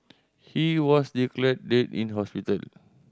he was declared dead in hospital